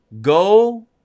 Go